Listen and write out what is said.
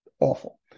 awful